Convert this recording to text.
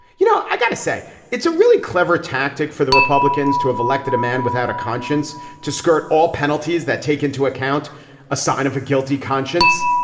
you know i've got to say it's a really clever tactic for the republicans to have elected a man without a conscience to skirt all penalties that take into account a sign of a guilty conscience.